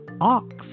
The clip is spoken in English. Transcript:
Ox